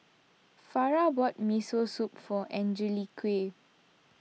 Farrah bought Miso Soup for Angelique